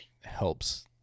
helps